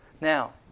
Now